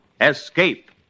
Escape